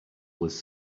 was